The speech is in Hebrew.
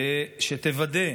שתוודא,